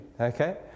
Okay